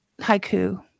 haiku